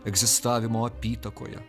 egzistavimo apytakoje